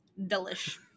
delish